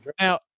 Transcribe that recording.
Now